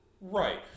Right